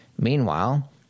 Meanwhile